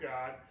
God